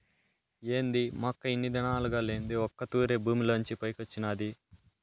ఏంది మొక్క ఇన్ని దినాలుగా లేంది ఒక్క తూరె భూమిలోంచి పైకొచ్చినాది